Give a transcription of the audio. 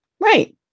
Right